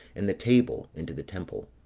and the table, into the temple.